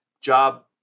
job